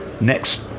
next